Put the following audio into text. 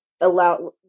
allow